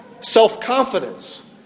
self-confidence